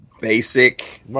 basic